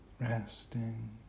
Resting